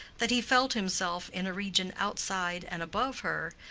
that he felt himself in a region outside and above her,